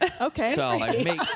okay